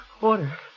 Water